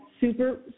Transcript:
super